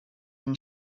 and